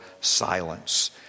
silence